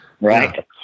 right